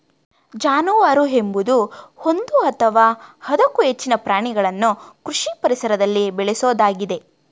ಜಾನುವಾರು ಎಂಬುದು ಒಂದು ಅಥವಾ ಅದಕ್ಕೂ ಹೆಚ್ಚಿನ ಪ್ರಾಣಿಗಳನ್ನು ಕೃಷಿ ಪರಿಸರದಲ್ಲಿ ಬೇಳೆಸೋದಾಗಿದೆ